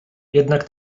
jednak